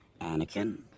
Anakin